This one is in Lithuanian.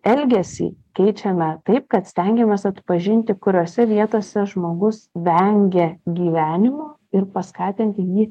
elgesį keičiame taip kad stengiamės atpažinti kuriose vietose žmogus vengia gyvenimo ir paskatinti jį